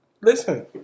Listen